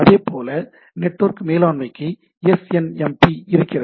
அதேபோல நெட்வொர்க் மேலாண்மைக்கு S N M P இருக்கிறது